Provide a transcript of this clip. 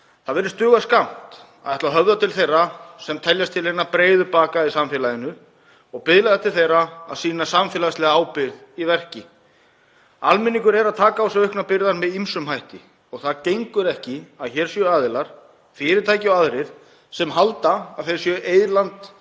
Það virðist duga skammt að ætla að höfða til þeirra sem teljast til hinna breiðu baka í samfélaginu og biðla til þeirra um að sýna samfélagslega ábyrgð í verki. Almenningur tekur á sig auknar byrðar með ýmsum hætti og það gengur ekki að hér séu aðilar, fyrirtæki og aðrir, sem halda að þau séu eyland